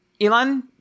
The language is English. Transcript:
Elon